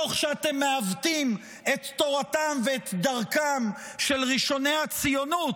תוך שאתם מעוותים את תורתם ואת דרכם של ראשוני הציונות,